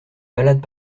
malades